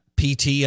PT